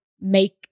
make